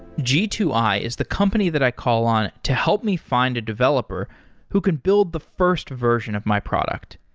g two i is the company that i call on to help me find a developer who can build the first version of my product.